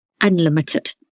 unlimited